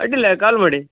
ಅಡ್ಡಿಲ್ಲ ಕಾಲ್ ಮಾಡಿ